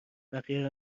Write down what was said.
بقیه